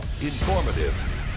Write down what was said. informative